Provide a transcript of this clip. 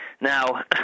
Now